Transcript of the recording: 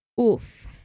oof